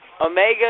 omega